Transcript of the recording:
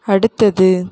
அடுத்தது